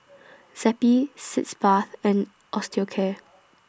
Zappy Sitz Bath and Osteocare